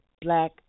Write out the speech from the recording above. black